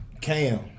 Cam